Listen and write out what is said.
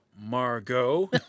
Margot